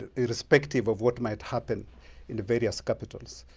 irrespective of what might happen in the various capitals.